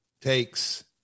takes